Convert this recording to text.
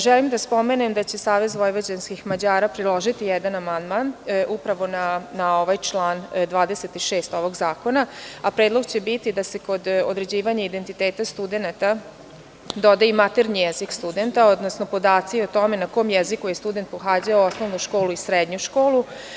Želim da spomenem da će SVM priložiti jedan amandman upravo na ovaj član 26. ovog zakona, a predlog će biti da se kod određivanja identiteta studenata doda i maternji jezik studenta, odnosno podaci o tome na kom jeziku je student pohađao osnovnu i srednju školu.